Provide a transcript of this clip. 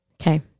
Okay